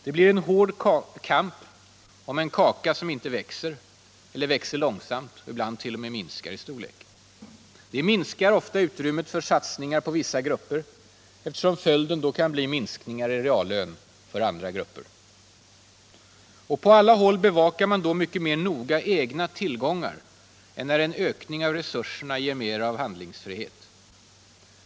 Det blir en hård kamp om en kaka som inte växer eller växer långsamt. Det minskar ofta utrymmet för satsningar på vissa grupper eftersom följden kan bli minskningar i reallön för andra grupper. På alla håll bevakar man då mycket mera noga egna tillgångar än när en ökning av resurserna ger mer av handlingsfrihet.